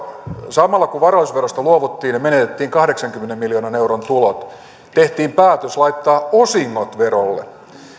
samalla kun varallisuusverosta luovuttiin ja menetettiin kahdeksankymmenen miljoonan euron tulot tehtiin päätös laittaa osingot verolle